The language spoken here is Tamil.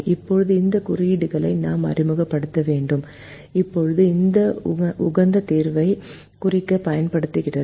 இப்போது இந்த குறியீடுகளை நாம் அறிமுகப்படுத்த வேண்டும் எப்போதும் உகந்த தீர்வைக் குறிக்கப் பயன்படுகிறது